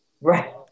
right